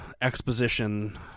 exposition